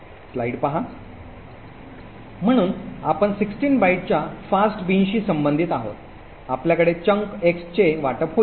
म्हणून आपण 16 बाइटच्या फास्ट बिनशी संबंधित आहोत आपल्याकडे चंक एक्सचे वाटप होईल